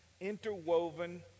interwoven